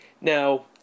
Now